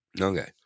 Okay